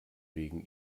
wegen